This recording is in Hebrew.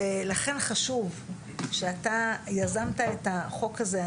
לכן חשוב שאתה יזמת את החוק הזה.